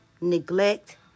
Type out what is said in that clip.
neglect